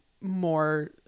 more